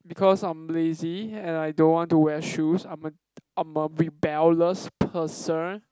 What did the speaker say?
because I'm lazy and I don't want to wear shoes I'm a I'm a rebellious person